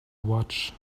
watch